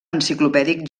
enciclopèdic